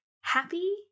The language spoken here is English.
happy